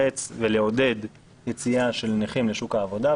לתמרץ ולעודד יציאה של נכים לשוק העבודה,